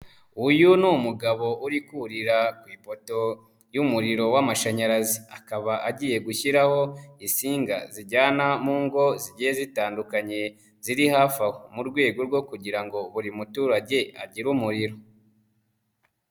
Uyu ni umugabo uri kurira ku ipoto y'umuriro w'amashanyarazi akaba agiye gushyiraho insinga zijyana mu ngo zigiye zitandukanye ziri hafi aho mu rwego rwo kugira ngo buri muturage agire umuriro.